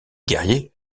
guerrier